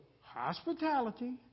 hospitality